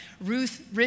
Ruth